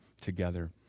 together